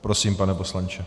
Prosím, pane poslanče.